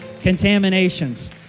contaminations